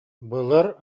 былыр